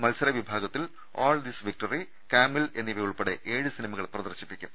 മത്സര വിഭാഗത്തിൽ all the victory Camille എന്നിവ ഉൾപ്പെടെ ഏഴ് സിനിമകൾ പ്രദർശി പ്പിക്കും